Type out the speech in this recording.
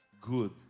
good